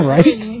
Right